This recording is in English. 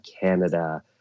Canada